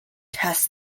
test